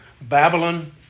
Babylon